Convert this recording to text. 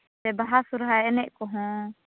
ᱥᱮ ᱵᱟᱦᱟ ᱥᱚᱦᱚᱨᱟᱭ ᱮᱱᱮᱡ ᱠᱚᱦᱚᱸ